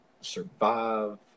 survive